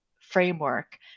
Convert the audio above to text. framework